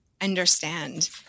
understand